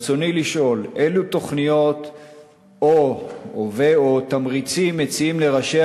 ברצוני לשאול: אילו תוכניות ו/או תמריצים מציעים לראשי